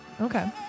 Okay